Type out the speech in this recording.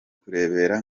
kurebera